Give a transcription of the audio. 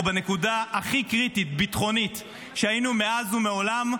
בנקודה הביטחונית הכי קריטית שהיינו מאז ומעולם.